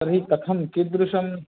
तर्हि कथं कीदृशं